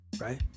right